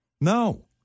no